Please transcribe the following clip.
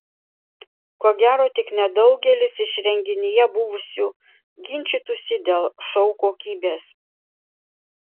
ko gero tik nedaugelis iš renginyje buvusių ginčytųsi dėl šou kokybės